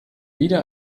wieder